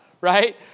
right